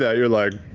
yeah you're like,